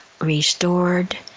restored